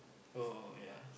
oh ya